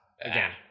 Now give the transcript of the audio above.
again